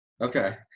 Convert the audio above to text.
okay